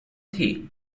team